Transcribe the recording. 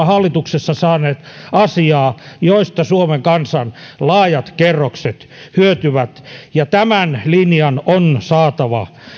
hallituksessa saaneet aikaan asioita joista suomen kansan laajat kerrokset hyötyvät ja tämän linjan on saatava